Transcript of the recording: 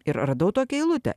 ir radau tokią eilutę